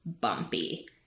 bumpy